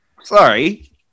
sorry